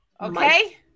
Okay